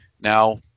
Now